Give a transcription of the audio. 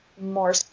more